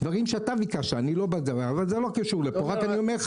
זה דברים שאתה ביקשת וזה לא קשור לפה רק אני אומר לך